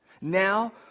Now